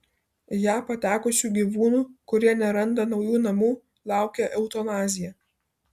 į ją patekusių gyvūnų kurie neranda naujų namų laukia eutanazija